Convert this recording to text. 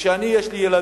כשיש לי ילדים,